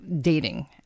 dating